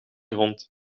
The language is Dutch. grond